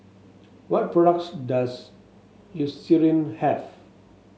what products does Eucerin have